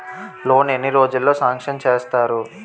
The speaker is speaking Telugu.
లోన్ ఎన్ని రోజుల్లో సాంక్షన్ చేస్తారు?